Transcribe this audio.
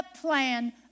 plan